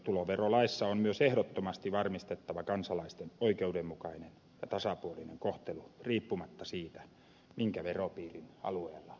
tuloverolaissa on myös ehdottomasti varmistettava kansalaisten oikeudenmukainen ja tasapuolinen kohtelu riippumatta siitä minkä veropiirin alueella kukin asuu